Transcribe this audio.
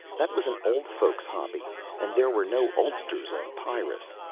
that was an old folks' hobby and there were no oldsters on pyrrus.